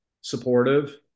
supportive